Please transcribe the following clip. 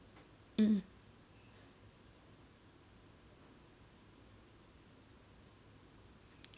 mm mm